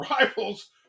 rivals